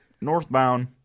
northbound